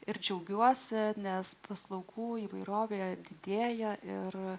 ir džiaugiuosi nes paslaugų įvairovė didėja ir